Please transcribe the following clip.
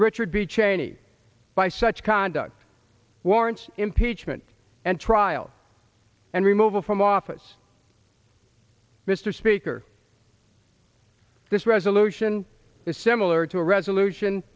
richard b cheney by such conduct warrants impeachment and trial and removal from office mr speaker this resolution is similar to a resolution